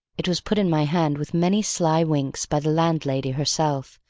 it was put in my hand with many sly winks by the landlady herself,